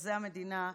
חוזה המדינה,